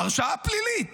הרשעה פלילית.